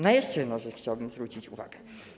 Na jeszcze jedną rzecz chciałbym zwrócić uwagę.